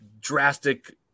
drastic